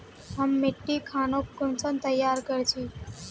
हम मिट्टी खानोक कुंसम तैयार कर छी?